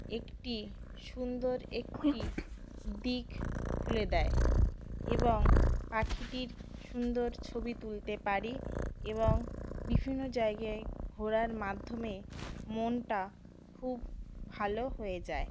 একটি সুন্দর একটি দিক খুলে দেয় এবং পাখিটির সুন্দর ছবি তুলতে পারি এবং বিভিন্ন জায়গায় ঘোরার মাধ্যমে মনটা খুব ভালো হয়ে যায়